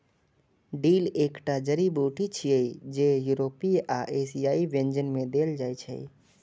dill एकटा जड़ी बूटी छियै, जे यूरोपीय आ एशियाई व्यंजन मे देल जाइ छै